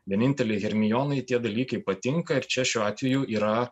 vienintelei hermionai tie dalykai patinka ir čia šiuo atveju yra